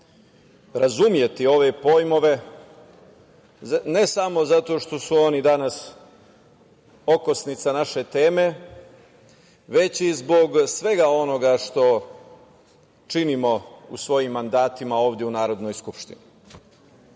razumeti ove pojmove, ne samo zato što su oni danas okosnica naše teme, već i zbog svega onoga što činimo u svojim mandatima ovde u Narodnoj skupštini,